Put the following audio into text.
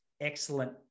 excellent